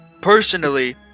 personally